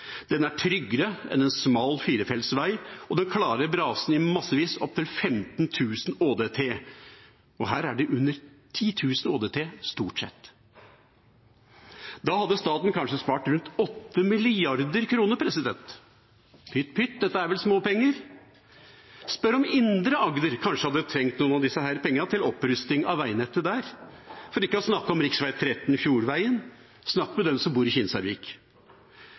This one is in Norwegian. Den er tryggere enn en smal firefeltsvei, og den klarer brasene i massevis, opptil 15 000 i årsdøgntrafikk, ÅDT. Her er det stort sett under 10 000 ÅDT. Da hadde staten kanskje spart rundt 8 mrd. kr. – pytt, pytt, dette er vel småpenger. Spør om Indre Agder kanskje hadde trengt noen av disse pengene til opprusting av veinettet der, for ikke å snakke om rv. 13 Fjordvegen – snakk med dem som bor i Kinsarvik.